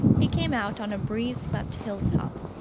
he came out on a breeze-swept hill-top,